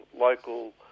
local